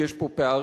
כי יש פה פערים,